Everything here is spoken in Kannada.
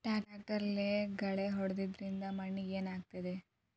ಟ್ರಾಕ್ಟರ್ಲೆ ಗಳೆ ಹೊಡೆದಿದ್ದರಿಂದ ಮಣ್ಣಿಗೆ ಏನಾಗುತ್ತದೆ?